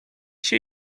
się